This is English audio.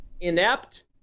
inept